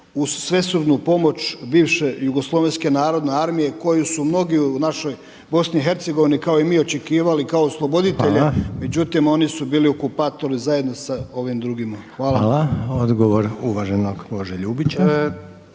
uz svesrdnu pomoć bivše Jugoslavenske narodne armije koju su mnogi u našoj Bosni i Hercegovini kao i mi očekivali kao osloboditelje… … /Upadica Reiner: Hvala./ …… međutim oni su bili okupatori zajedno sa ovim drugima. Hvala. **Reiner, Željko (HDZ)** Hvala. Odgovor uvaženog Bože Ljubića.